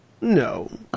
no